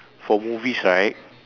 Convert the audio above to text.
for movies right